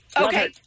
Okay